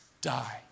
die